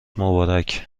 مبارک